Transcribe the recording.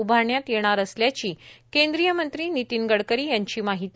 उभारण्यात येणार असल्याची केंद्रीय मंत्री नितीन गडकरी यांची माहिती